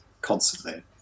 constantly